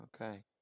Okay